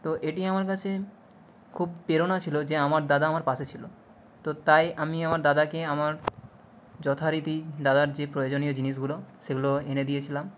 তো এটি আমার কাছে খুব প্রেরণা ছিল যে আমার দাদা আমার পাশে ছিল তো তাই আমি আমার দাদাকে আমার যথারীতি দাদার যে প্রয়োজনীয় জিনিসগুলো সেগুলো এনে দিয়েছিলাম